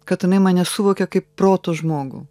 kad jinai mane suvokė kaip proto žmogų